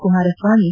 Kumaraswamy